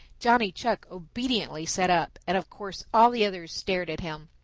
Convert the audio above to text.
johnny chuck obediently sat up, and of course all the others stared at him.